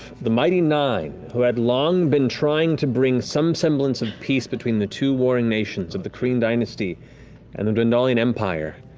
the mighty nein, who had long been trying to bring some semblance of peace between the two warring nations of the kryn dynasty and the dwendalian empire,